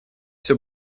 все